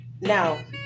now